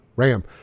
Ram